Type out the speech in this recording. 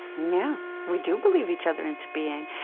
yeah we do believe each other into being.